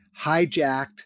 hijacked